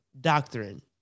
doctrine